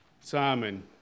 Simon